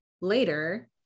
later